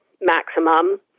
maximum